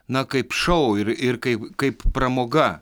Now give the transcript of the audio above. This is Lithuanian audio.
na kaip šou ir ir kaip kaip pramoga